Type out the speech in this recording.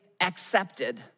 accepted